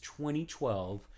2012